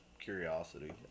curiosity